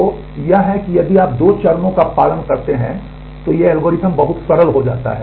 तो यह है कि यदि आप दो चरणों का पालन करते हैं तो ये एल्गोरिदम बहुत सरल हो जाते हैं